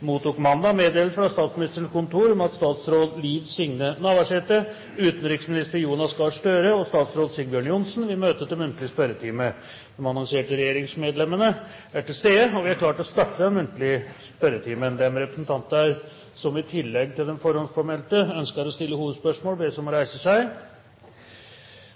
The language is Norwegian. mottok mandag meddelelse fra Statsministerens kontor om at statsråd Liv Signe Navarsete, utenriksminister Jonas Gahr Støre og statsråd Sigbjørn Johnsen vil møte til muntlig spørretime. De annonserte regjeringsmedlemmene er til stede, og vi er klare til å starte den muntlige spørretimen. De representanter som i tillegg til de forhåndspåmeldte ønsker å stille hovedspørsmål, bes om å reise seg.